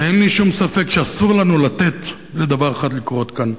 ואין לי שום ספק שאסור לנו לתת לדבר אחד לקרות כאן: